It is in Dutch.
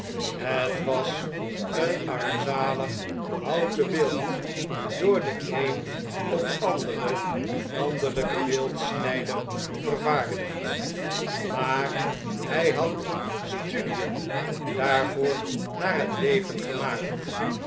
het was een armzalig houten beeld door den een of anderen landelijken beeldsnijder vervaardigd maar hij had studien daarvoor naar het leven gemaakt